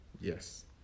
Yes